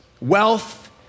wealth